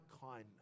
kindness